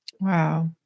Wow